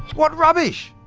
what rubbish!